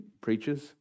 preachers